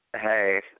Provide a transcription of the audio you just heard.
hey